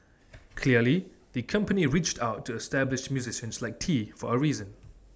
clearly the company reached out to established musicians like tee for A reason